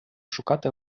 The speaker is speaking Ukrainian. шукати